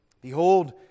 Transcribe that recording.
Behold